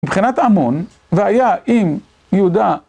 מבחינת ההמון, והיה אם יהודה